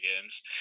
games